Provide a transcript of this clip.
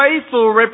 faithful